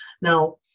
Now